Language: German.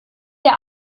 der